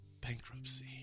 bankruptcy